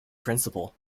principle